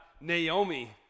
Naomi